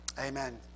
amen